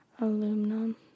aluminum